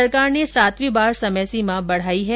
सरकार ने सातवीं बार समय सीमा बढ़ाई है